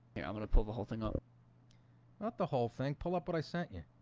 yeah, i'm gonna pull the whole thing up not the whole thing pull up what i sent you